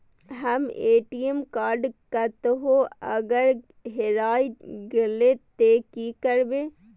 हमर ATM card कतहो अगर हेराय गले ते की करबे?